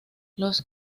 los